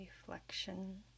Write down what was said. reflection